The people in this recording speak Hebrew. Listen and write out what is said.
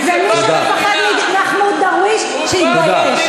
תודה רבה.